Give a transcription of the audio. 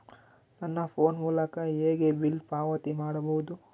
ನನ್ನ ಫೋನ್ ಮೂಲಕ ಹೇಗೆ ಬಿಲ್ ಪಾವತಿ ಮಾಡಬಹುದು?